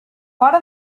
fora